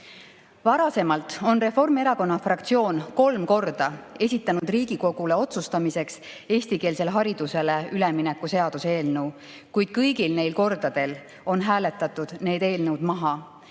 on Reformierakonna fraktsioon kolm korda esitanud Riigikogule otsustamiseks eestikeelsele haridusele ülemineku seaduse eelnõu, kuid kõigil neil kordadel on hääletatud need eelnõud maha.